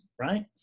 right